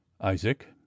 isaac